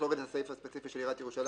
להוריד את הסעיף הספציפי של עיריית ירושלים.